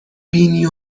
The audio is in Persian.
بینی